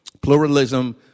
Pluralism